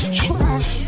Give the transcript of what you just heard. trash